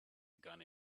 gun